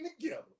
together